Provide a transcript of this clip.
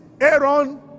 Aaron